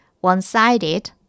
one-sided